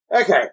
Okay